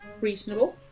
reasonable